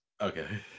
Okay